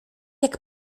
jak